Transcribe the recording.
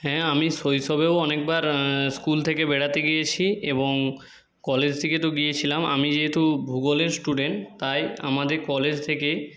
হ্যাঁ আমি শৈশবেও অনেকবার স্কুল থেকে বেড়াতে গিয়েছি এবং কলেজ থেকে তো গিয়েছিলাম আমি যেহেতু ভূগোলের স্টুডেন্ট তাই আমাদের কলেজ থেকে